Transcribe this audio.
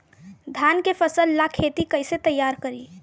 धान के फ़सल ला खेती कइसे तैयार करी?